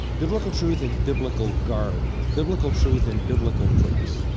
biblical truth in biblical garb. biblical truth in biblical dress.